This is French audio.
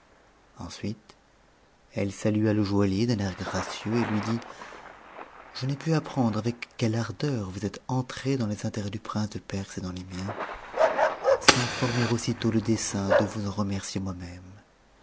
ensuite elle salua le joaillier d'un air gracieux et lui dit je ai pu apprendre avec quelle ardeur vous êtes entré dans les intérêts du f'ince de perse et dans les miens sans former aussitôt le dessein de vous mercier moi-même